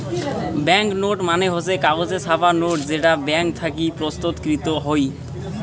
bank note মানে হসে কাগজে ছাপা নোট যেটা ব্যাঙ্ক থাকি প্রস্তুতকৃত হই